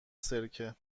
سرکه